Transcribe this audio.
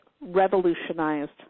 revolutionized